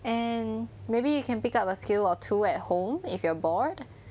and maybe you can pick up a skill or two at home if you are bored